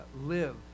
live